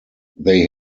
they